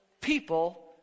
people